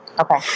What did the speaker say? Okay